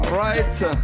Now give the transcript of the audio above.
right